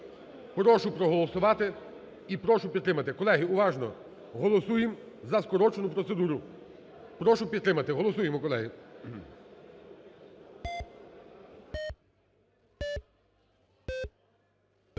Прошу проголосувати і прошу підтримати. Колеги, уважно голосуємо за скорочену процедуру, прошу підтримати. Голосуємо, колеги.